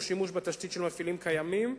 תוך שימוש בתשתית של מפעילים קיימים,